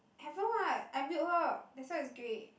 haven't what I mute her that's why it's grey